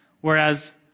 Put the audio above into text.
whereas